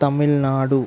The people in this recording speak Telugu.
తమిళనాడు